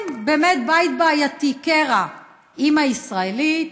כן, באמת בית בעייתי, קרע: אימא ישראלית,